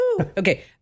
Okay